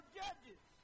judges